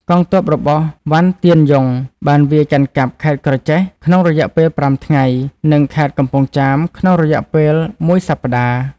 កងទ័ពរបស់ វ៉ាន់ ទៀនយុង បានវាយកាន់កាប់ ខេត្តក្រចេះ ក្នុងរយៈពេលប្រាំថ្ងៃ និងខេត្តកំពង់ចាមក្នុងរយៈ ពេលមួយសប្តាហ៍។